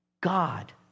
God